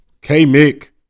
K-Mick